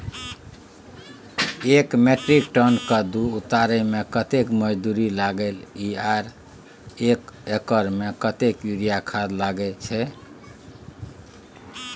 एक metric ton कद्दू उतारे में कतेक मजदूरी लागे इ आर एक एकर में कतेक यूरिया खाद लागे छै?